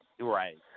Right